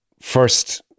first